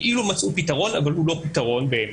שכאילו מצאו פתרון אבל הוא לא פתרון באמת.